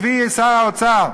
הביא שר האוצר,